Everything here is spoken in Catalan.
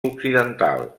occidental